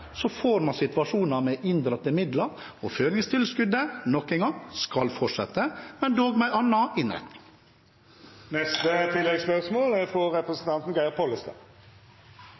får man situasjoner med inndratte midler. Føringstilskuddet – nok en gang – skal fortsette, dog med en annen innretning.